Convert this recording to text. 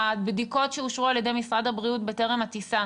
הבדיקות שאושרו על ידי משרד הבריאות בטרם הטיסה,